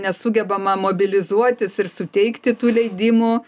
nesugebama mobilizuotis ir suteikti tų leidimų